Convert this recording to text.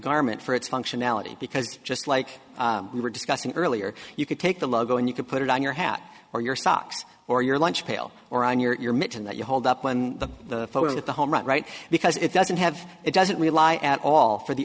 government for its functionality because just like we were discussing earlier you could take the logo and you can put it on your hat or your socks or your lunch pail or on your mission that you hold up on the phone at the home right right because it doesn't have it doesn't rely at all for the